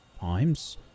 times